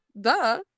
duh